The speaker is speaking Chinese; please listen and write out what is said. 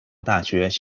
大学